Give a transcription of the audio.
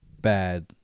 bad